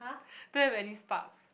don't have any sparks